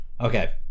Okay